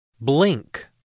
Blink